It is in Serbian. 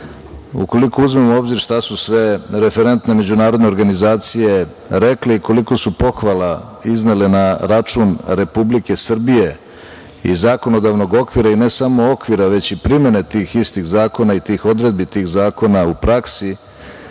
ukoliko uzmemo u obzir šta su sve referentne međunarodne organizacije rekle i koliko su pohvala iznele na račun Republike Srbije i zakonodavnog okvira, i ne samo okvira, već i primene tih istih zakona i tih odredbi tih zakona u praksi,